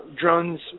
drones